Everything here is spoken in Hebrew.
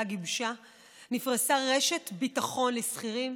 גיבשה נפרסה רשת ביטחון לשכירים,